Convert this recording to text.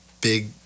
Big